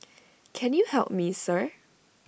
can you help me sir